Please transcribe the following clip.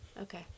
okay